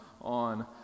on